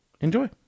Enjoy